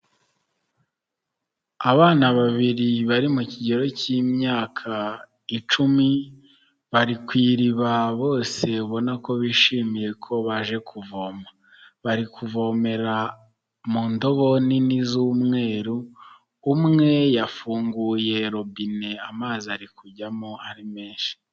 Abana babiri bari mu kigero cy'imyaka icumi, bari ku iriba, bose ubona ko bishimiye ko baje kuvoma. Bari kuvomera mu ndobo nini z'umweru, umwe yafunguye robine, amazi ari kujyamo ari menshi.